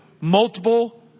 multiple